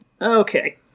Okay